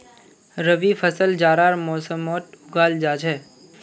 रबी फसल जाड़ार मौसमोट उगाल जाहा